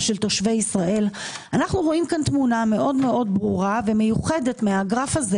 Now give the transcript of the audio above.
של תושבי ישראל אנחנו רואים פה תמונה מאוד ברורה ומיוחדת מהגרף הזה